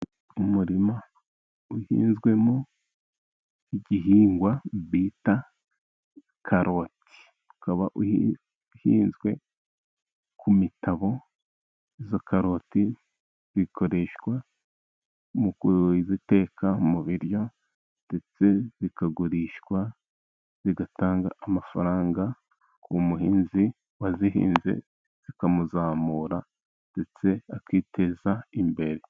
Umuma uhinzwemo igihingwa bita karoti ukaba uhinzwe ku mitabo, izo karoti zikoreshwa mu kuziteka mu biryo ndetse zikagurishwa bigatanga amafaranga k'umuhinzi wazihinze zikamuzamura ndetse akiteza imbere.